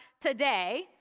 today